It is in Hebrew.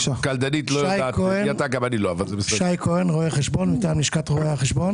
שי כהן, רואה חשבון מטעם לשכת רואי החשבון.